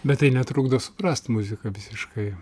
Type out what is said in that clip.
bet tai netrukdo suprast muziką visiškai